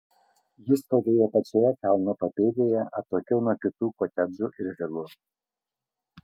ji stovėjo pačioje kalno papėdėje atokiau nuo kitų kotedžų ir vilų